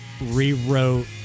rewrote